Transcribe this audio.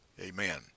Amen